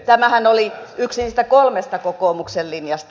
tämähän oli yksi niistä kolmesta kokoomuksen linjasta